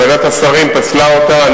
ועדת השרים פסלה אותה.